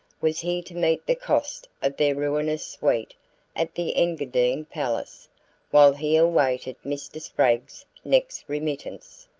was he to meet the cost of their ruinous suite at the engadine palace while he awaited mr. spragg's next remittance?